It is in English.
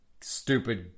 stupid